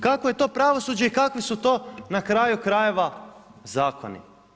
Kakvo je to pravosuđe i kakvi su to na kraju krajeva zakoni?